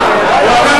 מאפשר.